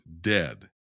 dead